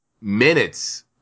minutes